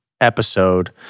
episode